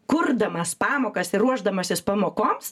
kurdamas pamokas ir ruošdamasis pamokoms